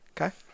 Okay